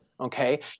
Okay